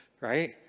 right